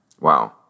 Wow